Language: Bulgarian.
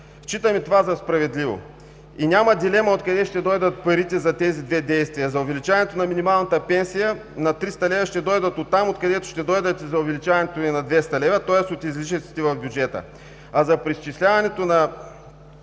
Считаме това за справедливо. И няма дилема откъде ще дойдат парите за тези две действия. За увеличаването на минималната пенсия на 300 лв. ще дойдат оттам откъдето ще дойдат и за увеличаването на 200 лв., тоест от излишъците в бюджета, а за преизчисляването –